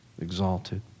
exalted